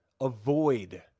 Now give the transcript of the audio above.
avoid